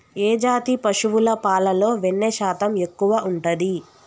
ఏ జాతి పశువుల పాలలో వెన్నె శాతం ఎక్కువ ఉంటది?